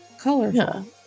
Colorful